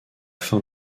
fin